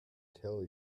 tell